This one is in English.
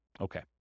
Okay